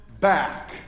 back